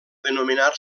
denominar